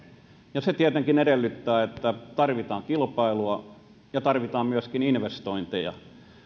ja se tietenkin edellyttää että tarvitaan kilpailua ja tarvitaan myöskin investointeja